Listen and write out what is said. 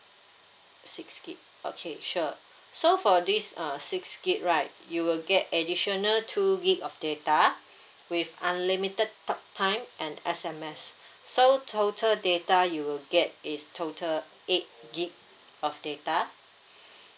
six gig okay sure so for this uh six gig right you will get additional two gig of data with unlimited talk time and S_M_S so total data you will get is total eight gig of data